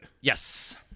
Yes